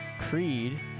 Creed